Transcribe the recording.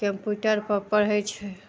कम्प्यूटरपर पढ़य छै